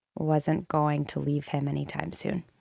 wasn't going to leave him anytime soon.